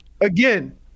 Again